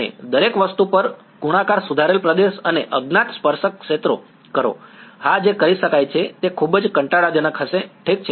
અને દરેક વસ્તુ પર ગુણાકાર સુધારેલ પ્રદેશ અને અજ્ઞાત સ્પર્શક ક્ષેત્રો કરો હા જે કરી શકાય છે તે ખૂબ જ કંટાળાજનક હશે ઠીક છે